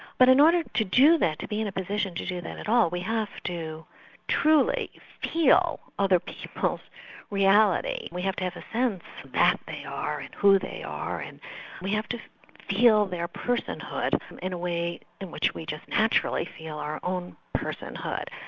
but in order to do that, to be in a position to do that at all, we have to truly feel other people's reality. we have to have a sense what they are and who they are, and we have to feel their personhood in a way in which we just naturally feel our own personhood,